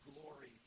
glory